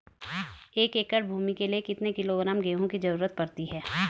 एक एकड़ भूमि के लिए कितने किलोग्राम गेहूँ की जरूरत पड़ती है?